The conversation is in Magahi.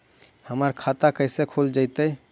हमर खाता कैसे खुल जोताई?